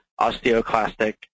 osteoclastic